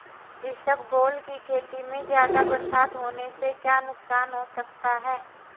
इसबगोल की खेती में ज़्यादा बरसात होने से क्या नुकसान हो सकता है?